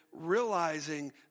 realizing